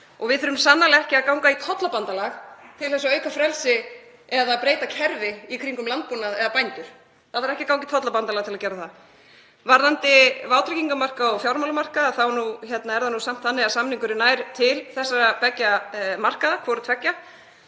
og við þurfum sannarlega ekki að ganga í tollabandalag til að auka frelsi eða breyta kerfi í kringum landbúnað eða bændur. Það þarf ekki að ganga í tollabandalag til að gera það. Varðandi vátryggingamarkaðinn og fjármálamarkaðinn þá er það nú samt þannig að samningurinn nær til beggja þessara markaða þannig að